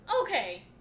Okay